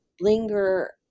linger